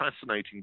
fascinating